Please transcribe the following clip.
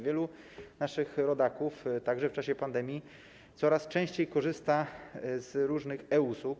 Wielu naszych rodaków, także w czasie pandemii, coraz częściej korzysta z różnych e-usług.